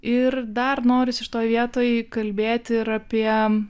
ir dar norisi šitoj vietoj kalbėti ir apie